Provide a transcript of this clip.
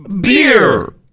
beer